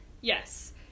Yes